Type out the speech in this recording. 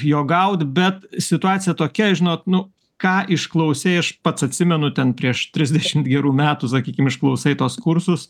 jo gaut bet situacija tokia žinot nu ką išklausei aš pats atsimenu ten prieš trisdešimt gerų metų sakykim išklausai tuos kursus